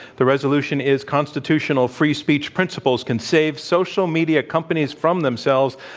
the resolution is, constitutional free speech principles can save social media companies from themselves.